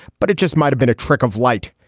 but it just might have been a trick of light.